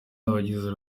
abagize